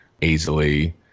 easily